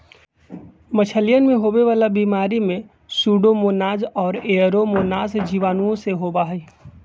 मछलियन में होवे वाला बीमारी में सूडोमोनाज और एयरोमोनास जीवाणुओं से होबा हई